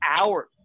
hours